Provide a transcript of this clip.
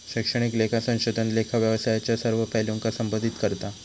शैक्षणिक लेखा संशोधन लेखा व्यवसायाच्यो सर्व पैलूंका संबोधित करता